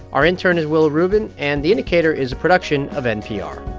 our intern is willa rubin. and the indicator is a production of npr